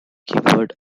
keyword